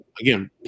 again